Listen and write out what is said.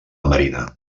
marina